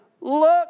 look